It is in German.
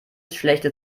schlechte